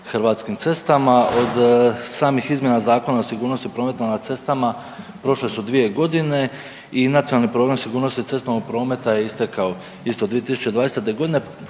hrvatskim cestama, od samih izmjena Zakona o sigurnosti u prometu na cestama prošle su 2 g. i nacionalni program sigurnosti cestovnog prometa je istekao isto 2020. g.,